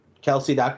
Kelsey